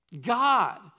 God